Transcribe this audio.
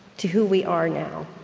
to who we are now.